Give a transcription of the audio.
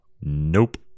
Nope